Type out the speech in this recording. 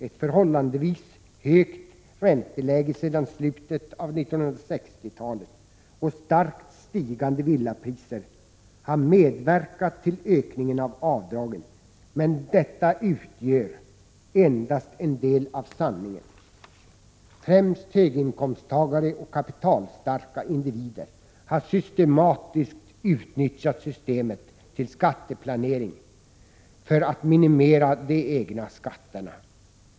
Ett förhållandevis högt ränteläge sedan slutet av 1960-talet och starkt stigande villapriser har medverkat till ökningen av avdragen, men detta utgör endast en del av sanningen. Främst höginkomsttagare och kapitalstarka individer har systematiskt utnyttjat systemet till skatteplanering för att minimera de egna skatterna.